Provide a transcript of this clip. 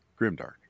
grimdark